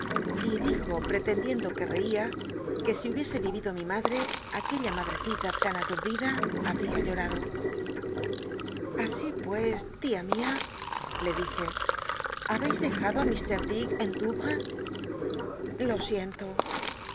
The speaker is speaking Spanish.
y dijo petcndicndn que reia que si hubiese ívido mi madre aquella madccila tan alurdida habl'i t llorado a í pues tia mia le dije habci dejado i mr dick en doutcs lo siento